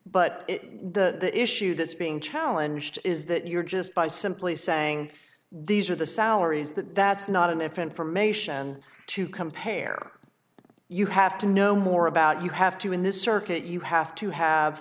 but the issue that's being challenged is that you're just by simply saying these are the salaries that that's not an if information to compare you have to know more about you have to in this circuit you have to have